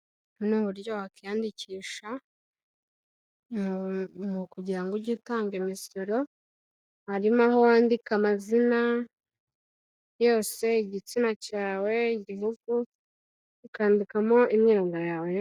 Ubu ni uburyo wakwiyandikisha kugira ngo ujye utanga imisoro, harimo aho wandika amazina yose, igitsina cyawe, igihugu, ukandikamo imyirondoro yawe yose.